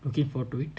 looking forward to it